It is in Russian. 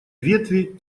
ветви